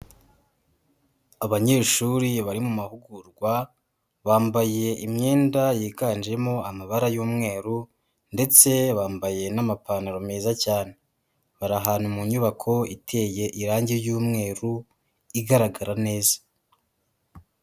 Abanyeshuri bari mu mahugurwa, bambaye imyenda yiganjemo amabara y'umweru, ndetse bambaye n'amapantaro meza cyane. Bari ahantu mu nyubako iteye irangi ry'umweru igaragara neza.